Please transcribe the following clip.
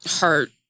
hurt